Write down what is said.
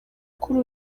kuri